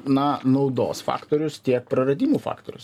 na naudos faktorius tiek praradimų faktorius